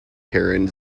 karen